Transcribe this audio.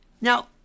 Now